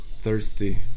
thirsty